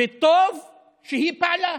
טוב שהיא פעלה.